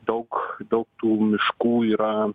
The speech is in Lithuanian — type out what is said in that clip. daug daug tų miškų yra